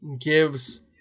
gives